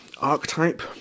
archetype